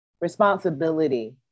responsibility